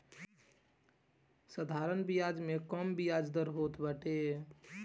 साधारण बियाज में कम बियाज दर होत बाटे